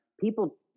people